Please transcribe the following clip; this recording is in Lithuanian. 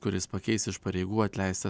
kuris pakeis iš pareigų atleistą